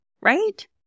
right